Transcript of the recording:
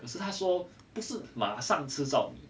可是他说不是马上吃糙米